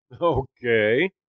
Okay